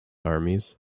armies